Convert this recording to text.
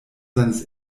seines